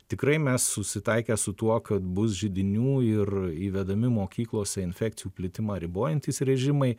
tikrai mes susitaikę su tuo kad bus židinių ir įvedami mokyklose infekcijų plitimą ribojantys režimai